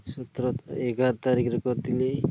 ସତର ଏଗାର ତାରିଖରେ କରିଥିଲି